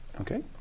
Okay